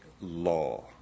law